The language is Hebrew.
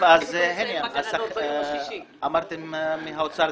אמרתם מהאוצר,